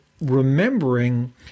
remembering